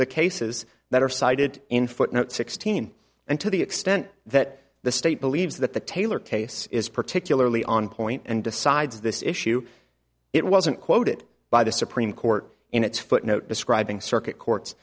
the cases that are cited in footnote sixteen and to the extent that the state believes that the taylor case is particularly on point and besides this issue it wasn't quoted by the supreme court in its footnote describing circuit courts